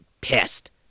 pissed